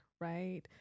right